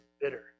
bitter